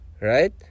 right